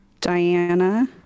Diana